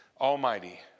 Almighty